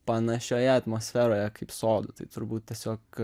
panašioje atmosferoje kaip sodų tai turbūt tiesiog